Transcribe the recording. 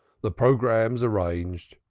the programme's arranged.